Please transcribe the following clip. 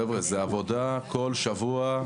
חבר'ה, זאת עבודה כל שבוע.